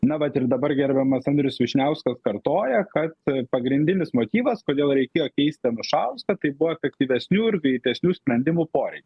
na vat ir dabar gerbiamas andrius vyšniauskas kartoja kad pagrindinis motyvas kodėl reikėjo keisti anušauską tai buvo efektyvesnių ir greitesnių sprendimų poreikį